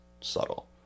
subtle